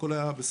הכול היה בסדר,